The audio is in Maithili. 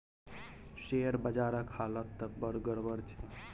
शेयर बजारक हालत त बड़ गड़बड़ छै